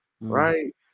right